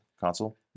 console